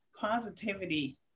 positivity